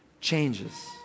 changes